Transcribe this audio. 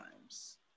times